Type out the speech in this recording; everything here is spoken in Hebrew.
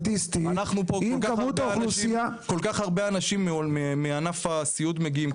אם כמות האוכלוסייה- -- כל כך הרבה אנשים מענף הסיעוד מגיעים,